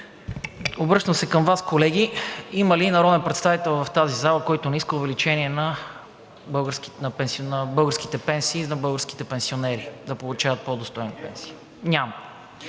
Обръщам се към Вас, колеги, има ли народен представител в тази зала, който не иска увеличение на българските пенсии на българските пенсионери да получават по-достойни пенсии? Няма.